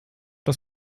das